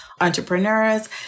entrepreneurs